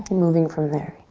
moving from there.